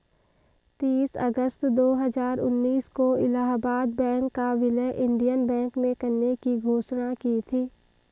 तीस अगस्त दो हजार उन्नीस को इलाहबाद बैंक का विलय इंडियन बैंक में करने की घोषणा की थी